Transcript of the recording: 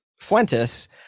Fuentes